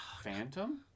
Phantom